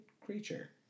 creature